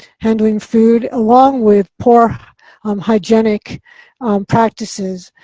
handling food along with poor um hygienic practices.